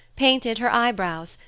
painted her eyebrows,